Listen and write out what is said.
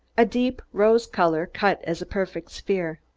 a deep rose-color, cut as a perfect sphere.